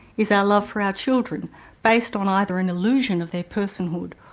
is our love for our children based on either an illusion of their personhood,